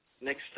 next